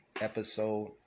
episode